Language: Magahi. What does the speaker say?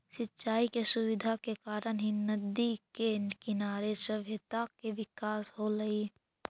सिंचाई के सुविधा के कारण ही नदि के किनारे सभ्यता के विकास होलइ